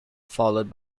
followed